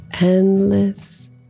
endless